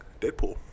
Deadpool